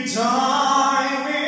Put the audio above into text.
time